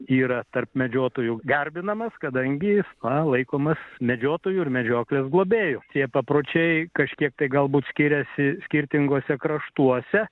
yra tarp medžiotojų garbinamas kadangi jis na laikomas medžiotojų ir medžioklės globėju tie papročiai kažkiek tai galbūt skiriasi skirtinguose kraštuose